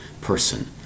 person